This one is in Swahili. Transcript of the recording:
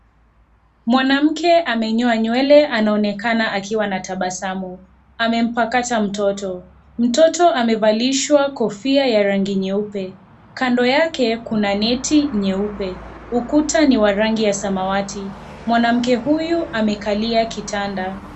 Mwanamke amenyoa nywele anaonekana akiwa na tabasamu, amempakata mtoto mtoto amevalishwa kofia ya rangi nyeupe, kando yake kuna neti nyeupe ukuta ni wa rangi ya zamawati, mwanamke huyu amekalia kitanda.